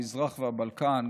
המזרח והבלקן.